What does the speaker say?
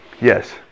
yes